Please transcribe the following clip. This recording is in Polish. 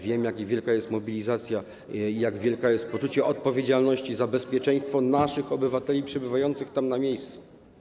Wiem, jak wielka jest mobilizacja i jak wielkie jest poczucie odpowiedzialności za bezpieczeństwo naszych obywateli przebywających tam na miejscu.